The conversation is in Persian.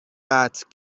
قطع